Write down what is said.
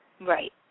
Right